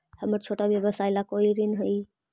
हमर छोटा व्यवसाय ला कोई ऋण हई?